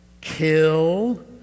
kill